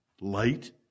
Light